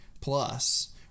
plus